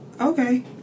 okay